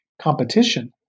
competition